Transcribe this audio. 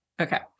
okay